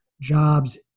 jobs